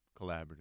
Collaborative